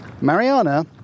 Mariana